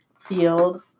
field